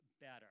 better